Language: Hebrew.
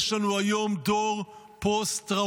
יש לנו היום דור פוסט-טראומטי.